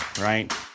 right